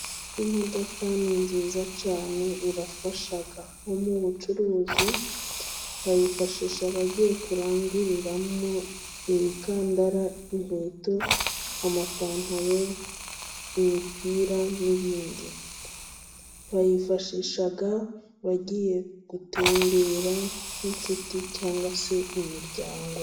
Imodoka ni nziza cyane irafasha. Nko mu bucuruzi bayifashisha bagiye kuranguriramo imikandara, inkweto, amapantaro, imipira n'ibindi. Bayifashisha bagiye gutembera nk'inshuti cyangwa se imiryango.